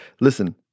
listen